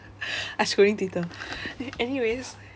I scrolling twitter anyways